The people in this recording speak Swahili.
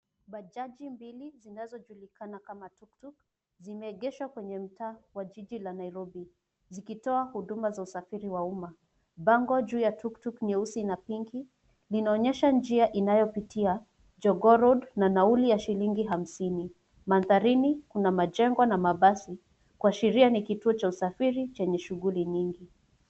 Babaji mbili zinazojulikana kama tuktuk, zimeegeshwa kwenye mtaa wa jiji la Nairobi. Zikitoa huduma za usafiri wa umma. Bango juu ya tuktuk nyeusi na pinki, linaonyesha njia inayopitia, Joogoo road na nauli ya shilingi hamsini. Mandharini, kuna majengo na mabasi. Kuashiria ni kituo cha usafiri chenye shughuli nyingi.